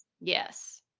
Yes